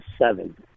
seven